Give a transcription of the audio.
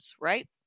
right